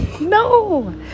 No